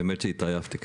האמת שהתעייפתי כבר.